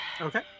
Okay